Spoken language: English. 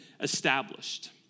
established